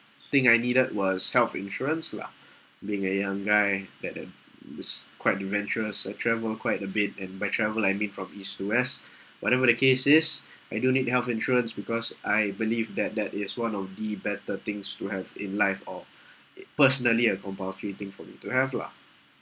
thing I needed was health insurance lah being a young guy that uh is quite adventurous or travel quite a bit and by travel I mean from east to west whatever the case is I do need health insurance because I believe that that is one of the better things to have in life or it personally a compulsory thing for me to have lah